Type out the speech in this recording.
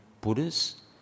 Buddhas